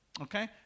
okay